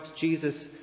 Jesus